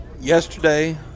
Yesterday